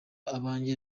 abanjye